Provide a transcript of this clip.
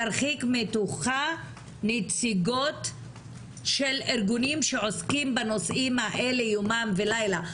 תרחיק מתוכה נציגות של ארגונים שעוסקים בנושאים האלה יומם ולילה.